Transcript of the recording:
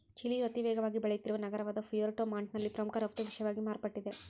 ಚಿಲಿಯ ಅತಿವೇಗವಾಗಿ ಬೆಳೆಯುತ್ತಿರುವ ನಗರವಾದಪುಯೆರ್ಟೊ ಮಾಂಟ್ನಲ್ಲಿ ಪ್ರಮುಖ ರಫ್ತು ವಿಷಯವಾಗಿ ಮಾರ್ಪಟ್ಟಿದೆ